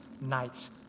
nights